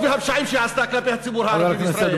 והפשעים שהיא עשתה כלפי הציבור הערבי בישראל.